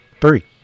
Three